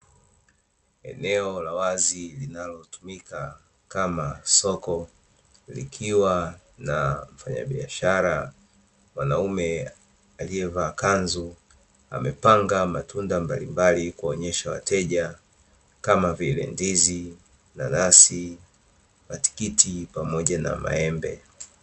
Eneo la wazi linalotumika kama soko likiwa na mfanyabiashara mwanaume aliye vaa kanzu amepanga matunda mbalimbali kuonyesha wateja kama vile ndizi, nanasi, matikiti pamoja na maembe.